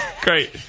Great